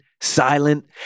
silent